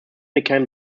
became